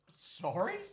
sorry